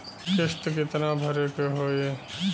किस्त कितना भरे के होइ?